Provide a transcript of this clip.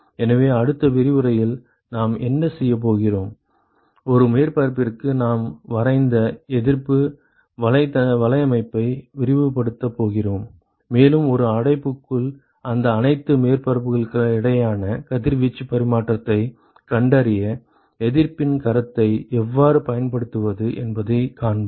எனவே அடுத்த விரிவுரையில் நாம் என்ன செய்யப் போகிறோம் ஒரு மேற்பரப்பிற்கு நாம் வரைந்த எதிர்ப்பு வலையமைப்பை விரிவுபடுத்தப் போகிறோம் மேலும் ஒரு அடைப்புக்குள் இந்த அனைத்து மேற்பரப்புகளுடனான கதிர்வீச்சு பரிமாற்றத்தைக் கண்டறிய எதிர்ப்பின் கருத்தை எவ்வாறு பயன்படுத்துவது என்பதை காண்போம்